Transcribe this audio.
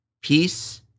peace